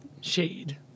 Shade